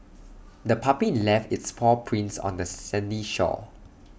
the puppy left its paw prints on the sandy shore